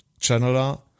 Channeler